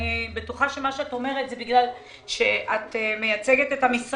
ואני בטוחה שמה שאת אומרת זה בגלל שאת מייצגת את המשרד.